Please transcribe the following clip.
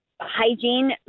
hygiene